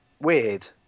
weird